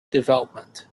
deployment